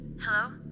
Hello